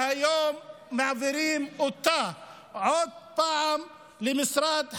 והיום מעבירים אותה עוד פעם למשרד חדש,